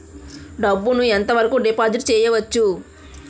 డబ్బు ను ఎంత వరకు డిపాజిట్ చేయవచ్చు?